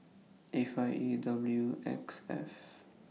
A five E W X F